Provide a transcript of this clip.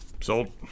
sold